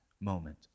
moment